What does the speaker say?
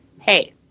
hey